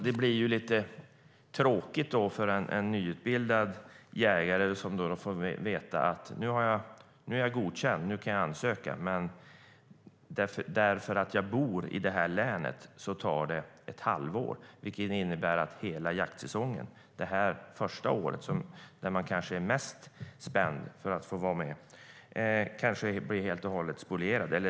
Det blir lite tråkigt för en nyutbildad jägare som har blivit godkänd och kan ansöka om licens när det tar ett halvår att få licens bara för att man bor i ett visst län. Det innebär kanske att hela jaktsäsongen under det första året, då man kanske är mest spänd på att få vara med, blir helt spolierad.